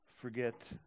forget